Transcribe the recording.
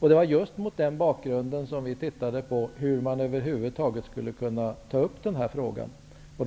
Det var just mot den bakgrunden som vi tittade på hur man över huvud taget skulle kunna ta upp frågan om räntorna.